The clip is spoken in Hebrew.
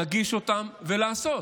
להגיש ולעשות.